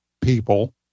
people